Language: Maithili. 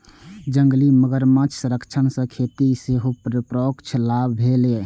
जंगली मगरमच्छ संरक्षण सं खेती कें सेहो परोक्ष लाभ भेलैए